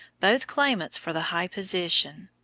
both claimants for the high position.